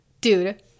dude